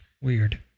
Weird